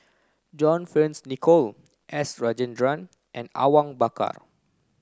John Fearns Nicoll S Rajendran and Awang Bakar